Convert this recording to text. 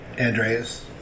Andreas